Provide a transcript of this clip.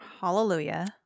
Hallelujah